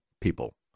people